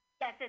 Yes